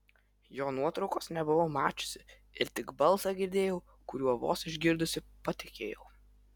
jo nuotraukos nebuvau mačiusi ir tik balsą girdėjau kuriuo vos išgirdusi patikėjau